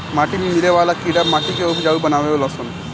माटी में मिले वाला कीड़ा माटी के उपजाऊ बानावे लन सन